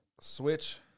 Switch